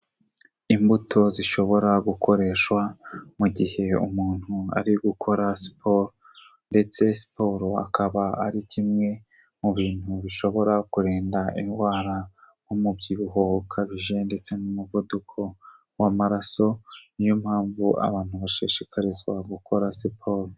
Imbuto zishobora gukoreshwa mu gihe umuntu ari gukora siporo ndetse siporo akaba ari kimwe mu bintu bishobora kurinda indwara nk'umubyibuho ukabije ndetse n'umuvuduko w'amaraso, niyo mpamvu abantu bashishikarizwa gukora siporo.